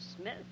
Smith